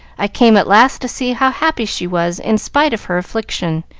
i came at last to see how happy she was in spite of her affliction,